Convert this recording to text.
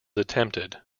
attempted